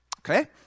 okay